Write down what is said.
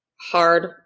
hard